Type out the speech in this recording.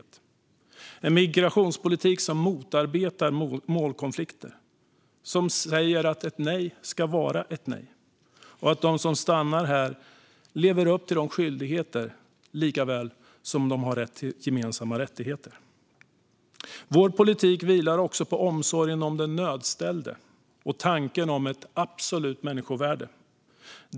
Det är en migrationspolitik som motarbetar målkonflikter och säger att ett nej ska vara ett nej. De som stannar här ska leva upp till sina skyldigheter likaväl som de delar våra gemensamma rättigheter. Vår politik vilar också på omsorgen om den nödställde och tanken om ett absolut människovärde.